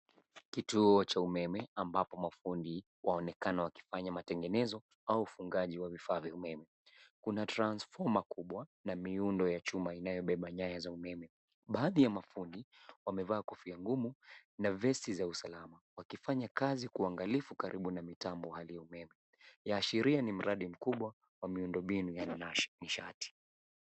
Kituo cha umeme ambapo mafundi waonekana wakifanya matengenezo au ufungaji wa vifaa vya umeme. Kuna transformer kubwa na miundo ya chuma inayobeba nyaya za umeme. Baadhi ya mafundi wamevaa kofia ngumu na vesti za usalama wakifanya kazi kwa uangalifu karibu na mitambo ya umeme. Yaashiria ni mradi mkubwa wa miundombinu ya nishati.